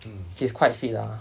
he's quite fit lah